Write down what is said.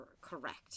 correct